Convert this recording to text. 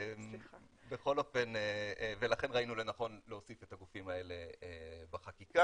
לכן ראינו לנכון להוסיף את הגופים האלה בחקיקה.